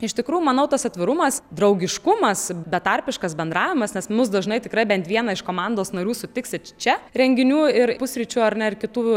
iš tikrųjų manau tas atvirumas draugiškumas betarpiškas bendravimas nes mus dažnai tikrai bent vieną iš komandos narių sutiksit čia renginių ir pusryčių ar ne ir kitų